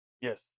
Yes